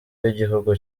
w’igihugu